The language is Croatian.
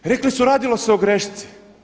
Rekli su radilo se o grešci.